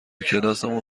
کلاسمون